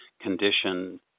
condition